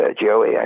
Joey